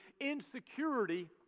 insecurity